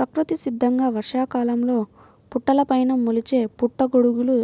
ప్రకృతి సిద్ధంగా వర్షాకాలంలో పుట్టలపైన మొలిచే పుట్టగొడుగులు